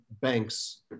banks